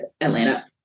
Atlanta